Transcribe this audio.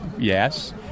Yes